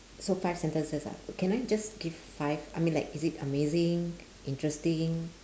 so five sentences ah can I just give five I mean like is it amazing interesting